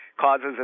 causes